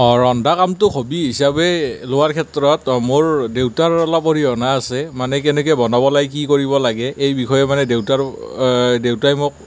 ৰন্ধা কামটোক হবি হিচাপে লোৱাৰ ক্ষেত্ৰত মোৰ দেউতাৰ অলপ অৰিহণা আছে মানে কেনেকে বনাব লাগে কি কৰিব লাগে এই বিষয়ে মানে দেউতাৰো দেউতাই মোক